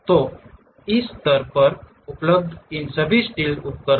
तो इस स्तर पर उपलब्ध इन सभी स्टील्स उपकरण